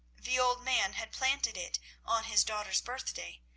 the old man had planted it on his daughter's birthday,